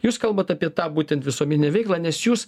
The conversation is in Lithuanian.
jūs kalbate apie tą būtent visuomeninę veiklą nes jūs